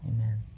Amen